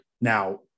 Now